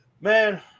man